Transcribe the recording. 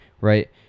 right